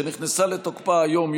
שנכנסה לתוקפה היום,